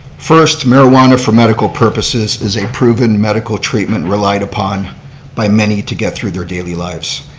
first, marijuana for medical purposes is a proven medical treatment relied upon by many to get through their daily lives.